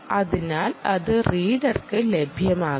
അതിനാൽ അത് റീഡർക്ക് ലഭ്യമാകും